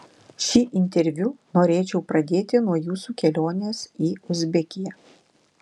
šį interviu norėčiau pradėti nuo jūsų kelionės į uzbekiją